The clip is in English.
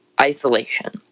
isolation